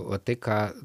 va tai ką